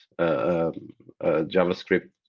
JavaScript